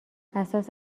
اساس